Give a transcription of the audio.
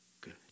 good